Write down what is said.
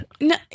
No